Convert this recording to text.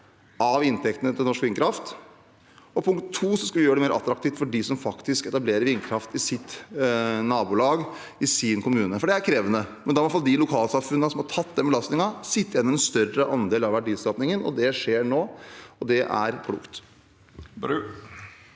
av inntektene til norsk vindkraft. Punkt to: Vi skal gjøre det mer attraktivt for dem som faktisk etablerer vindkraft i sitt nabolag, i sin kommune, for det er krevende. Da må iallfall de lokalsamfunnene som har tatt den belastningen, sitte igjen med en større andel av verdiskapingen. Det skjer nå, og det er klokt.